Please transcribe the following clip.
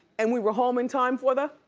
and we were home in time for the,